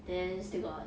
then still got